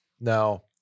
Now